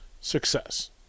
Success